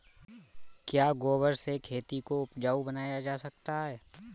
क्या गोबर से खेती को उपजाउ बनाया जा सकता है?